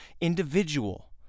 individual